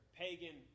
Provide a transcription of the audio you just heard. pagan